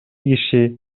киши